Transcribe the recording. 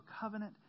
covenant